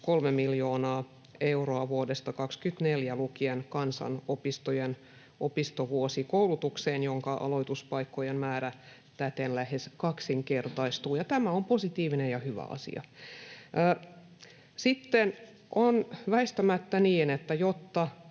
miljoonaa euroa vuodesta 24 lukien kansanopistojen opistovuosikoulutukseen, jonka aloituspaikkojen määrä täten lähes kaksinkertaistuu. Tämä on positiivinen ja hyvä asia. Sitten on väistämättä niin, että jotta